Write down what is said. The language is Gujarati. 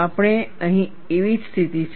આપણી અહીં એવી જ સ્થિતિ છે